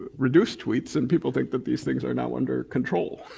reduced tweets and people think that these things are now under control.